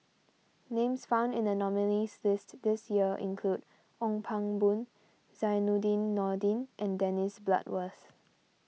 names found in the nominees' list this year include Ong Pang Boon Zainudin Nordin and Dennis Bloodworth